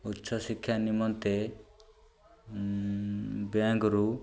ଉଚ୍ଚ ଶିକ୍ଷା ନିମନ୍ତେ ବ୍ୟାଙ୍କରୁ